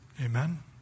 Amen